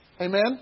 Amen